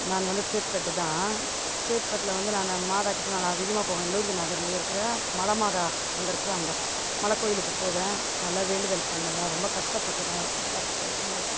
நான் வந்து சேத்துப்பட்டு தான் சேத்துப்பட்டில் வந்து நான் மாதாக்கிட்ட நான் அதிகமாக போவேன் லூர்து நகர்லியே இருக்கிற மலைமாதா அங்கே இருக்கிறாங்க மலை கோயிலுக்கு போவேன் நல்லா வேண்டுதல் பண்ணுவேன் ரொம்ப கஷ்டப்பட்டேன் நான் எங்கள் வீட்டுக்காருக்கிட்ட இருக்கும் போது